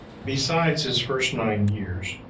besides his first nine years,